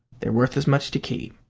they're worth as much to keep.